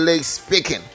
speaking